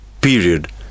period